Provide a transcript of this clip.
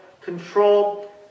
control